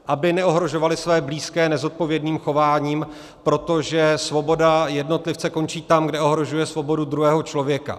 Aby neohrožovali své blízké nezodpovědným chováním, protože svoboda jednotlivce končí tam, kde ohrožuje svobodu druhého člověka.